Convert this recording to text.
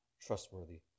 trustworthy